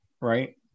right